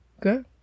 Good